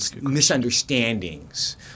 misunderstandings